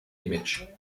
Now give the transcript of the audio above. image